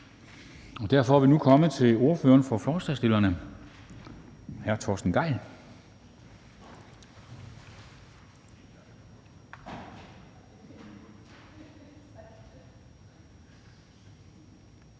Derfor er vi nu kommet til ordføreren for forslagsstillerne, hr. Torsten Gejl,